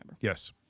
Yes